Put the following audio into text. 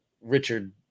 richard